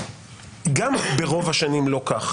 גם ברוב השנים לא כך.